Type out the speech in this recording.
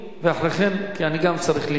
כי אני גם צריך לנאום.